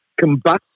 combust